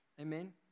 Amen